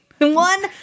One